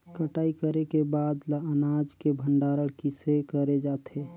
कटाई करे के बाद ल अनाज के भंडारण किसे करे जाथे?